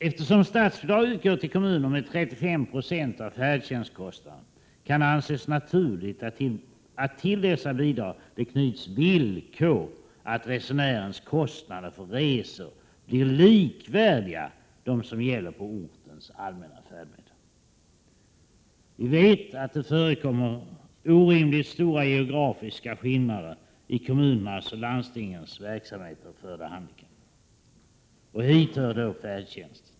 Eftersom statsbidrag utgår till kommuner med 35 96 av färdtjänstkostnaderna, kan det anses naturligt att det till dessa bidrag knyts villkor att resenärens kostnader för resor blir likvärdiga med dem som gäller för ortens allmänna färdmedel. Vi vet att det förekommer orimligt stora geografiska skillnader beträffande kommunernas och landstingens verksamheter för de handikappade. Och hit hör då färdtjänsten.